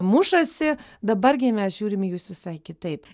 mušasi dabar gi mes žiūrim į jus visai kitaip